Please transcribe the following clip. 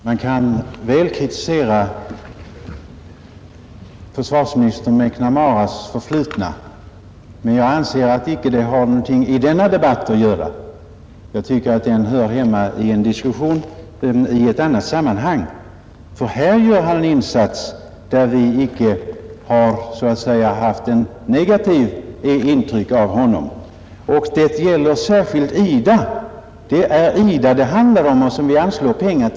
Herr talman! Väl kan man kritisera försvarsminister McNamaras förflutna, men jag anser icke att denna kritik har någonting i denna debatt att göra. Den hör hemma i en diskussion i annat sammanhang. I fråga om IDA gör hans insatser inte något negativt intryck. Det är om IDA debatten handlar, och det är till IDA vi anslår pengar.